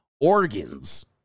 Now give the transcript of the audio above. Organs